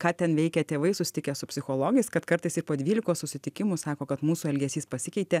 ką ten veikia tėvai susitikę su psichologais kad kartais ir po dvylikos susitikimų sako kad mūsų elgesys pasikeitė